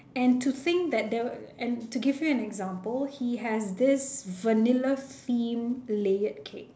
and to think that there and to give you an example he has this vanilla theme layered cake